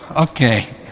Okay